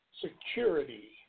security